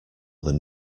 than